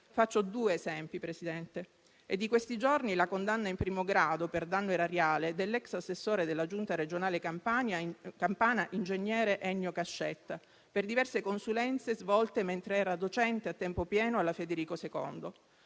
Faccio due esempi, signor Presidente. È di questi giorni la condanna in primo grado per danno erariale dell'ex assessore della giunta regionale campana, ingegner Ennio Cascetta, per diverse consulenze svolte mentre era docente a tempo pieno all'Università Federico II.